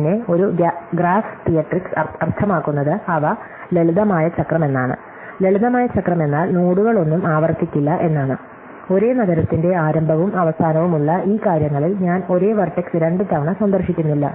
പിന്നെ ഒരു ഗ്രാഫ് തിയട്രിക്സ് അർത്ഥമാക്കുന്നത് അവ ലളിതമായ ചക്രം എന്നാണ് ലളിതമായ ചക്രം എന്നാൽ നോഡുകളൊന്നും ആവർത്തിക്കില്ല എന്നാണ് ഒരേ നഗരത്തിന്റെ ആരംഭവും അവസാനവും ഉള്ള ഈ കാര്യങ്ങളിൽ ഞാൻ ഒരേ വെർടെക്സ് രണ്ടുതവണ സന്ദർശിക്കുന്നില്ല